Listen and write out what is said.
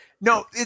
No